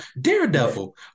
Daredevil